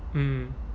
mm